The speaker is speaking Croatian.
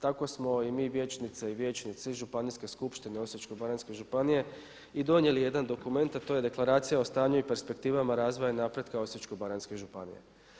Tako smo i mi vijećnice i vijećnici Županijske skupštine Osječko-baranjske županije i donijeli jedan dokument a to je Deklaracija o stanju i perspektivama razvoja i napretka Osječko-baranjske županije.